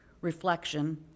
reflection